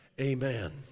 Amen